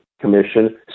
Commission